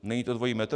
Není to dvojí metr?